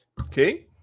Okay